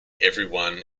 everyone